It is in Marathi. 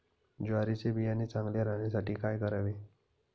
ज्वारीचे बियाणे चांगले राहण्यासाठी काय करावे?